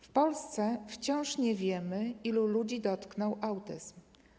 W Polsce wciąż nie wiemy, ilu ludzi dotknął autyzm.